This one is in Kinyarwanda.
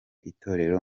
itorero